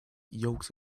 yolks